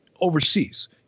overseas